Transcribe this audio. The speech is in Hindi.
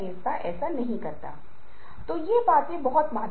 समाजीकरण और सामाजिक स्थान में हम अक्सर झूठ बोलने के लिए मजबूर होते हैं